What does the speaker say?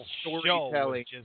storytelling